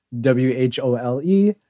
W-H-O-L-E